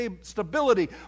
stability